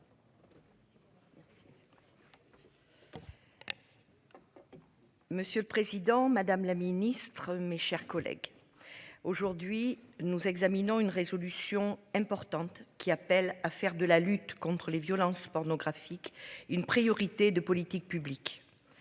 Monsieur le président, madame la ministre, mes chers collègues. Aujourd'hui, nous examinons une résolution importante qui appelle à faire de la lutte contre les violences pornographique une priorité de politique publique.